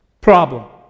problem